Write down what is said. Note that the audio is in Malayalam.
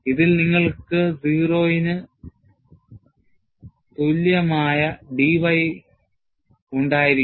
ഇതിൽ നിങ്ങൾക്ക് 0 ന് തുല്യമായ dy ഉണ്ടായിരിക്കും